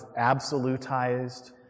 absolutized